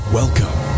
welcome